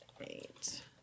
Eight